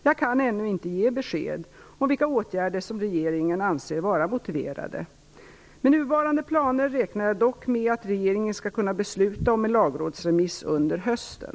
Jag kan ännu inte ge besked om vilka åtgärder som regeringen anser vara motiverade. Med nuvarande planer räknar jag dock med att regeringen skall kunna besluta om en lagrådsremiss under hösten.